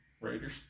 Raiders